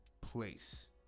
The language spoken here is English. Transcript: place